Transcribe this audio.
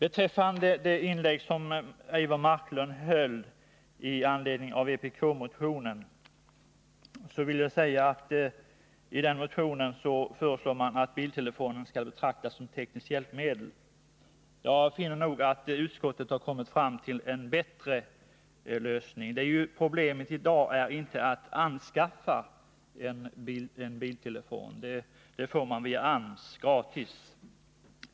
Eivor Marklund talade i sitt inlägg om vpk-motionen, där man föreslår att biltelefonen skall betraktas som tekniskt hjälpmedel. Jag finner att utskottet har kommit fram till en bättre lösning. Problemet i dag är inte att anskaffa en biltelefon — den får man gratis via AMS.